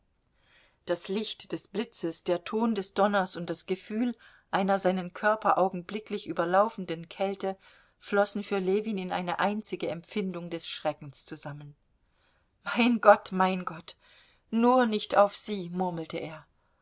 das licht des blitzes der ton des donners und das gefühl einer seinen körper augenblicklich überlaufenden kälte flossen für ljewin in eine einzige empfindung des schreckens zusammen mein gott mein gott nur nicht auf sie murmelte er